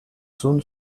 soon